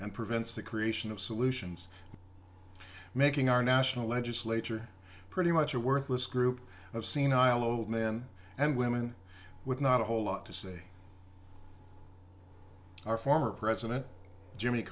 and prevents the creation of solutions making our national legislature pretty much a worthless group of senile old men and women with not a whole lot to say our former president jimmy